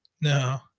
No